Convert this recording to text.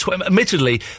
Admittedly